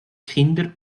kinder